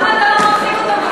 למה אתה לא מרחיק אותם?